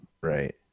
right